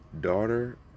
daughter